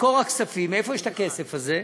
מקור הכספים, מאיפה הכסף הזה?